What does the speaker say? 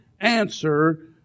answer